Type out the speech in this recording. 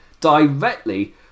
directly